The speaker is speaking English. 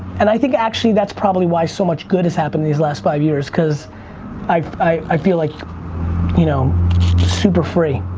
and i think actually that's probably why so much good is happened in these last five years, cause i feel like you know super free.